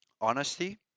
honesty